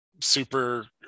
super